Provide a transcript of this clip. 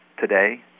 today